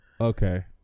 Okay